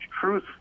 truth